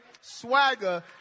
swagger